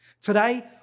Today